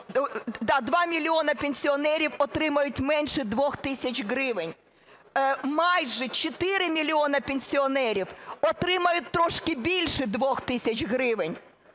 2 мільйони пенсіонерів отримають менше 2 тисяч гривень. Майже 4 мільйони пенсіонерів отримають трошки більше 2 тисяч гривень.